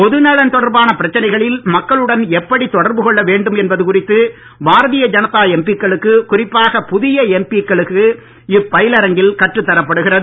பொதுநலன் தொடர்பான பிரச்சனைகளில் மக்களுடன் எப்படி தொடர்பு கொள்ள வேண்டும் என்பது குறித்து பாரதிய ஜனதா எம்பி க்களுக்கு குறிப்பாக புதிய எம்பி க்களுக்கு இப்பயிலரங்கில் கற்றுத் தரப்படுகிறது